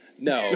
No